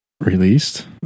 Released